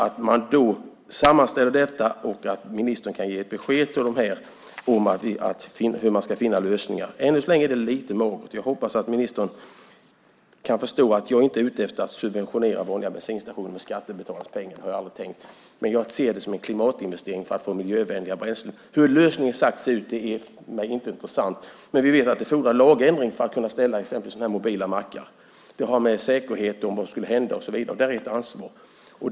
Det vore därför bra om ministern kunde ge ett besked till landsbygden om att man ska försöka finna lösningar. Än så länge är det lite magert. Jag hoppas att ministern förstår att jag inte är ute efter att subventionera vanliga bensinstationer med skattebetalarnas pengar; det har jag aldrig tänkt. Men jag ser det som en klimatinvestering för att få miljövänliga bränslen. Hur lösningen exakt ser ut är för mig inte intressant. Men vi vet att det fordrar en lagändring för att kunna ställa upp mobila mackar. Det har med säkerhet att göra.